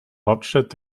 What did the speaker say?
hauptstadt